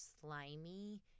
slimy